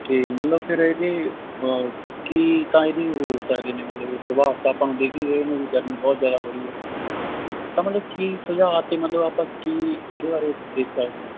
ਅਤੇ ਮਤਲਬ ਫਿਰ ਇਹਦੇ ਕੀ ਤਾਂ ਇਹਦੇ ਹੋ ਸਕਦੇ ਨੇ ਮਤਲਬ ਵੀ ਪ੍ਰਭਾਵ ਤਾਂ ਆਪਾਂ ਨੂੰ ਦਿੱਖ ਹੀ ਰਹੇ ਨੇ ਵੀ ਗਰਮੀ ਬਹੁਤ ਜ਼ਿਆਦਾ ਹੋ ਰਹੀ ਹੈ ਤਾਂ ਮਤਲਬ ਕੀ ਸੁਝਾਅ ਤਾਂ ਮਤਲਬ ਆਪਾਂ ਕੀ ਇਹਦੇ ਬਾਰੇ ਦੇਖ ਸਕਦੇ ਹਾਂ